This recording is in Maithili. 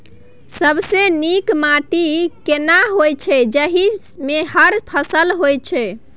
सबसे नीक माटी केना होय छै, जाहि मे हर फसल होय छै?